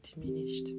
diminished